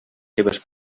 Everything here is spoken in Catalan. seues